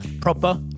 proper